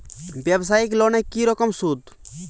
ব্যবসায়িক লোনে কি রকম সুদ?